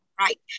right